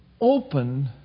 open